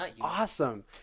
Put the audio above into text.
awesome